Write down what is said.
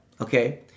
okay